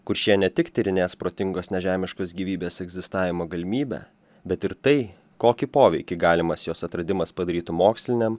kur šie ne tik tyrinės protingos nežemiškos gyvybės egzistavimo galimybę bet ir tai kokį poveikį galimas jos atradimas padarytų moksliniam